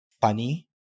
funny